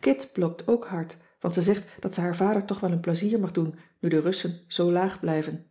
kit blokt ook hard want ze zegt dat ze haar vader toch wel een plezier mag doen nu de russen zoo laag blijven